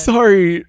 Sorry